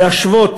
להשוות